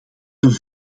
ten